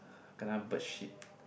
kena bird shit